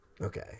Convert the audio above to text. okay